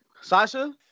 Sasha